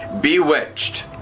bewitched